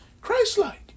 Christ-like